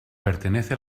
pertenece